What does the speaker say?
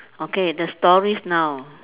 okay the stories now